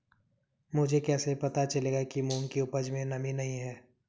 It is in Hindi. मुझे कैसे पता चलेगा कि मूंग की उपज में नमी नहीं है?